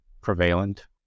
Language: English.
prevalent